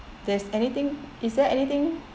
there's anything is there anything